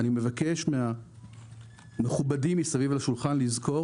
אני מבקש מהמכובדים סביב השולחן לזכור